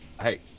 Hey